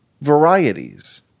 varieties